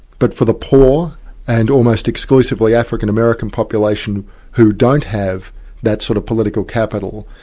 but for the poor and almost exclusively african-american population who don't have that sort of political capital,